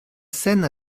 scène